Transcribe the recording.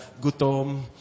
gutom